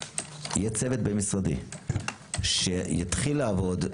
יהיה צוות בין משרדי שיתחיל לעבוד,